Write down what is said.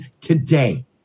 today